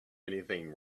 anything